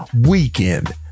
Weekend